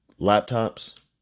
Laptops